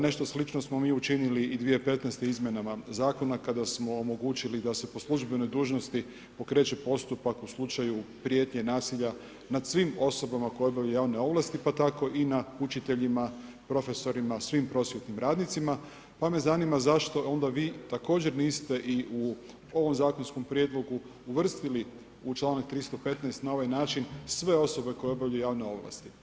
Nešto slično smo mi učinili i 2015. izmjenama Zakona kada smo omogućili da se po službenoj dužnosti pokreće postupak u slučaju prijetnje nasilja nad svim osobama koje obavljaju javne ovlasti, pa tako i na učiteljima, profesorima, svim prosvjetnim radnicima, pa me zanima zašto onda vi također niste i u ovom zakonskom prijedlogu uvrstili u čl. 315. na ovaj način sve osobe koje obavljaju javne ovlasti.